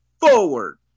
forward